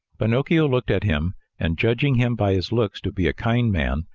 pinocchio looked at him and, judging him by his looks to be a kind man,